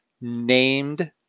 named